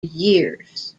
years